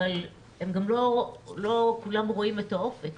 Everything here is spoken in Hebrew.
אבל הם גם לא כולם רואים את האופק,